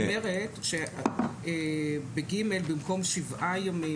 זאת אומרת שב-(ג) במקום שבעה ימים,